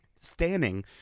standing